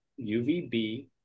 UVB